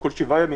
או כל שבעה ימים,